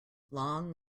long